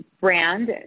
brand